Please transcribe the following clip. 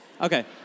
Okay